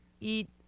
eat